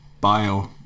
bio